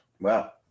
wow